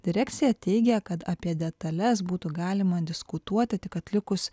direkcija teigia kad apie detales būtų galima diskutuoti tik atlikus